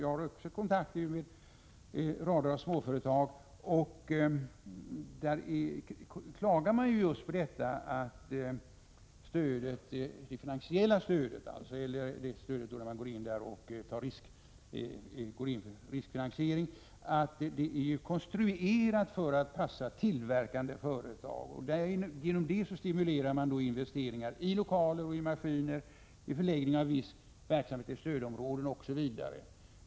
Jag har också haft kontakt med rader av småföretag, och de klagar just på att stödet till riskfinansiering är konstruerat för att passa de tillverkande företagen. Därigenom stimuleras investeringar i lokaler och maskiner, förläggning av viss verksamhet till stödområden osv.